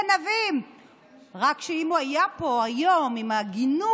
נתניהו, דיברו על זה, לא ישרים, לא הגונים,